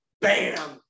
bam